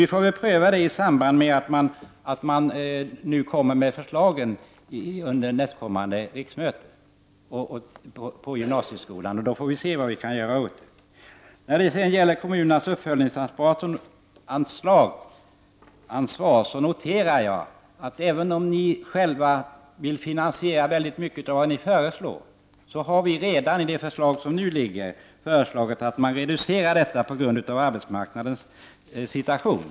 Vi får pröva detta i samband med att förslag om gymnasieskolan kommer under nästkommande riksmöte. Då får vi se vad vi kan göra åt det. När det gäller kommunernas uppföljningsansvar noterar jag att ni vill finansiera stora delar av era förslag själva. Vi har dock redan, enligt det förslag som nu lagts fram, föreslagit att detta ansvar reduceras på grund av situationen på arbetsmarknaden.